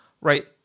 Right